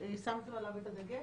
שמתם עליו את הדגש?